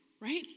right